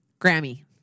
Grammy